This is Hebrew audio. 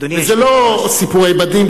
זה לא סיפורי בדים,